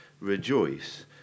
rejoice